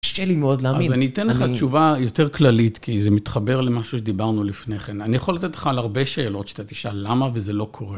קשה לי מאוד להאמין. אז אני אתן לך תשובה יותר כללית, כי זה מתחבר למשהו שדיברנו לפניכן. אני יכול לתת לך על הרבה שאלות שתתשאל למה וזה לא קורה.